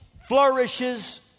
flourishes